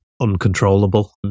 uncontrollable